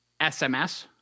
SMS